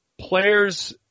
players